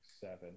seven